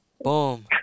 Boom